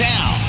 Now